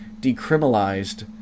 decriminalized